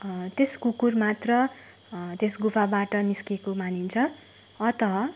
त्यस कुकुर मात्र त्यस गुफाबाट निस्केको मानिन्छ अतः